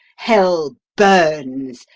hell burns,